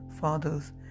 fathers